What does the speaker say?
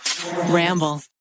Ramble